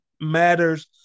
matters